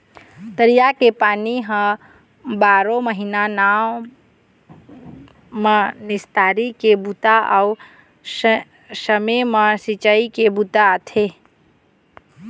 तरिया के पानी ह बारो महिना गाँव म निस्तारी के बूता अउ समे म सिंचई के बूता आथे